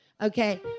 okay